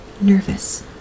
Nervous